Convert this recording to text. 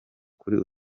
kuri